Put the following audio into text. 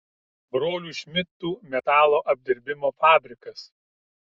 brolių šmidtų metalo apdirbimo fabrikas